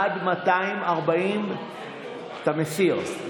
עד 240 אתה מסיר?